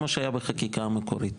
כמו שהיה בחקיקה המקורית.